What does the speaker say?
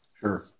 Sure